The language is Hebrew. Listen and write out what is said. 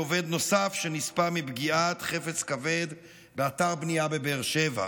עובד נוסף שנספה מפגיעת חפץ כבד באתר בנייה בבאר שבע.